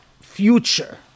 future